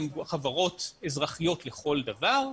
הן חברות אזרחיות לכל דבר,